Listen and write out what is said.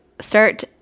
start